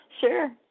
Sure